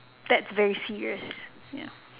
that's very serious ya